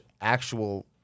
actual